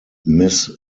mis